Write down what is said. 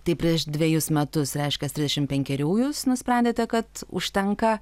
tai prieš dvejus metus reiškias trisdešim penkerių jūs nusprendėte kad užtenka